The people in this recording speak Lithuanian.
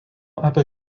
apie